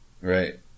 Right